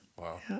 Wow